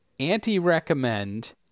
Anti-recommend